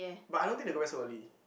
but I don't think they go back so early